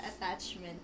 attachment